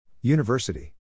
University